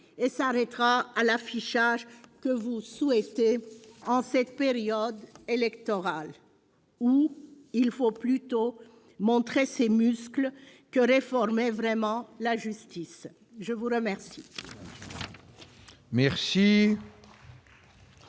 et s'arrêtera à l'affichage que vous souhaitez en cette période électorale, où il faut plutôt montrer ses muscles que réformer vraiment la justice. La parole